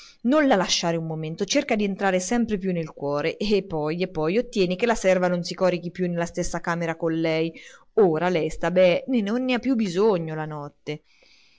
non la lasciare un momento cerca d'entrarle sempre più nel cuore e poi e poi ottieni che la serva non si corichi più nella stessa camera con lei ora lei sta bene e non ne ha più bisogno la notte